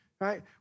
right